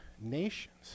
nations